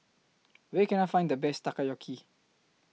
Where Can I Find The Best Takoyaki